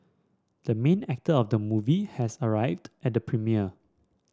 the main actor of the movie has arrived at the premiere